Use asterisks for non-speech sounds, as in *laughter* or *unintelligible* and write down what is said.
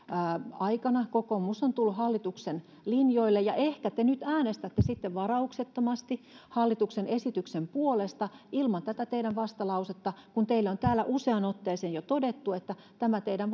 aikana kokoomus on tullut hallituksen linjoille ja ehkä te nyt äänestätte sitten varauksettomasti hallituksen esityksen puolesta ilman tätä teidän vastalausetta kun teille on täällä useaan otteeseen jo todettu että tällä teidän *unintelligible*